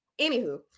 Anywho